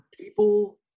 people